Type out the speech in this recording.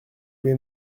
gué